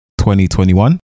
2021